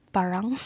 parang